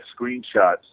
screenshots